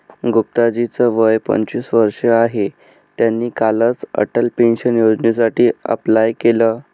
गुप्ता जी च वय पंचवीस वर्ष आहे, त्यांनी कालच अटल पेन्शन योजनेसाठी अप्लाय केलं